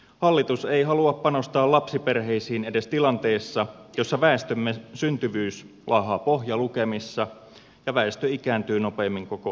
hallitus ei halua panostaa lapsiperheisiin edes tilanteessa jossa väestömme syntyvyys laahaa pohjalukemissa ja väestö ikääntyy nopeimmin koko euroopassa